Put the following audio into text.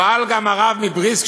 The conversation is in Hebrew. פעל גם הרב מבריסק,